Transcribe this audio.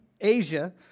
Asia